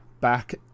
back